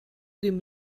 dem